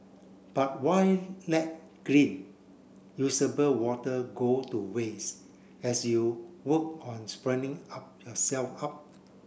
but why let clean usable water go to waste as you work on up yourself up